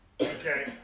Okay